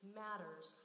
matters